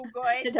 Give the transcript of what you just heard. good